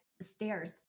stairs